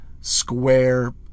square